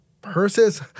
purses